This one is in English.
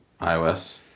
iOS